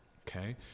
Okay